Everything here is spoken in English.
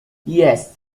yes